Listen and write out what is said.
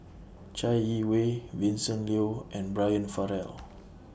Chai Yee Wei Vincent Leow and Brian Farrell